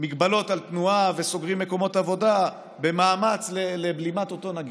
מגבלות על תנועה וסוגרים מקומות עבודה במאמץ לבלימת אותו נגיף,